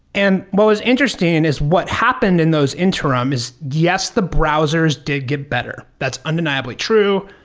and what was interesting and is what happened in those interim is yes, the browsers did get better. that's undeniably true.